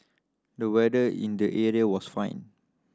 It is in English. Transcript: the weather in the area was fine